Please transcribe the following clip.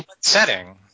setting